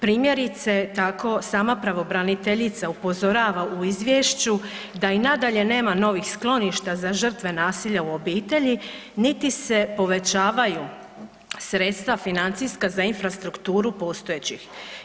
Primjerice tako sama pravobraniteljica upozorava u izvješću da i nadalje nema novih skloništa za žrtve nasilja u obitelji niti se povećavaju sredstva financijska za infrastrukturu postojećih.